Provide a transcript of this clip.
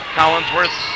Collinsworth